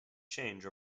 change